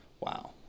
wow